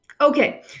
Okay